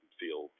feel